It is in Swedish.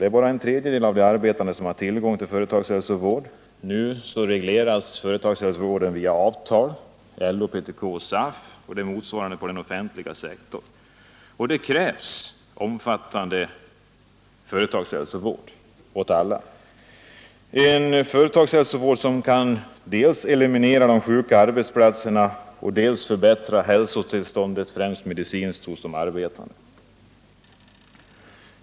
Det är bara en tredjedel av de arbetande som har tillgång till företagshälsovård. Nu regleras företagshälsovården via avtal mellan LO, PTK och SAF samt motsvarande för den offentliga sektorn. Det krävs en omfattande företagshälsovård för alla, en företagshälsovård som kan dels eliminera de sjuka arbetsplatserna, dels förbättra hälsotillståndet främst medicinskt hos de arbetande.